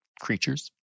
creatures